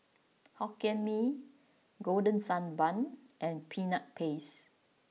Hokkien Mee Golden Sand Bun and Peanut Paste